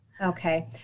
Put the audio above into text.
Okay